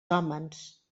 hòmens